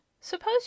Suppose